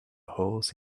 horse